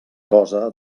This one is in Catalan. cosa